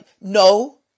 No